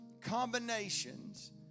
combinations